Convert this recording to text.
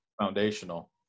foundational